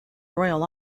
royal